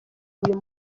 uyu